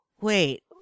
wait